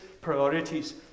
priorities